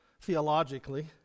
theologically